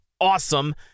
awesome